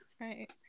right